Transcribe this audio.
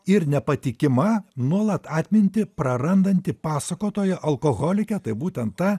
ir nepatikima nuolat atmintį prarandanti pasakotoja alkoholikė tai būtent ta